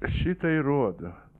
šitai rodo